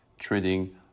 trading